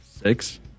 six